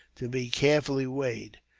to be carefully weighed.